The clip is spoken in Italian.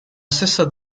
stessa